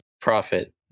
Profit